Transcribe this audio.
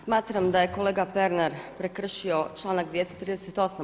Smatram da je kolega Pernar prekršio članak 238.